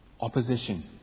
opposition